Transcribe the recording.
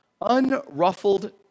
unruffled